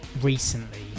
recently